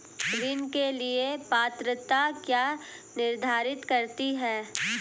ऋण के लिए पात्रता क्या निर्धारित करती है?